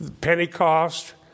Pentecost